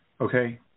Okay